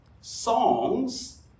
Songs